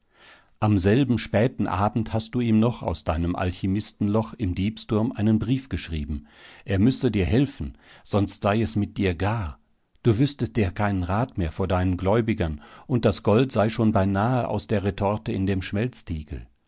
am selben späten abend hast du ihm noch aus deinem alchimistenloch im diebsturm einen brief geschrieben er müsse dir helfen sonst sei es mit dir gar du wüßtest dir keinen rat mehr vor deinen gläubigern und das gold sei schon beinahe aus der retorte in dem